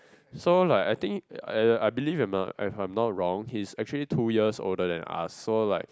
so like I think I I I believe if I'm if I'm not wrong he's actually two years older than us so like